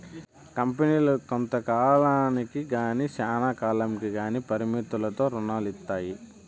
కంపెనీలు కొంత కాలానికి గానీ శ్యానా కాలంకి గానీ పరిమితులతో రుణాలు ఇత్తాయి